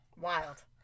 Wild